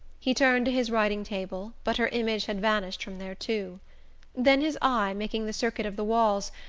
he turned to his writing-table, but her image had vanished from there too then his eye, making the circuit of the walls,